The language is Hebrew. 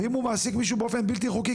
ואם הוא מעסיק מישהו באופן בלתי חוקי,